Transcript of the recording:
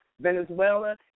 Venezuela